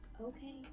Okay